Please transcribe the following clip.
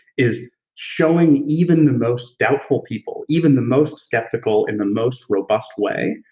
is showing even the most doubtful people, even the most skeptical in the most robust way,